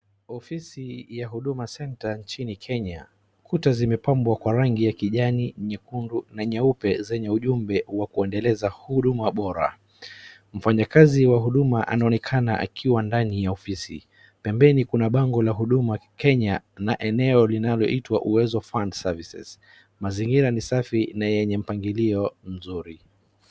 Ofisi ya huduma center nchini Kenya, kuta zimepambwa kwa rangi ya kijani, nyekundu na nyeupe zenye ujumbe wa kuendeleza huduma bora. Mfanyikazi wa huduma anaonekana akiwa ndani ya ofisi. Pembeni kuna bango la huduma 'Kenya' na eneo linaloitwa uwezo fund services. Mazingira ni safi na yenye mpangilio mzuri.